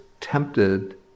tempted